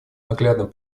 наглядным